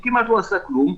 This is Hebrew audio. כמעט לא עשה כלום,